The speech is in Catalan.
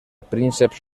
prínceps